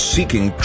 Seeking